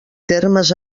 termes